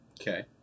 okay